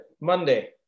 Monday